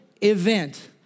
event